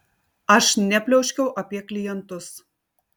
aš nepliauškiau apie klientus